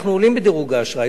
אנחנו עולים בדירוג האשראי,